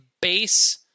base